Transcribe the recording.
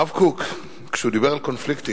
הרב קוק, כשהוא דיבר על קונפליקטים,